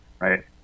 right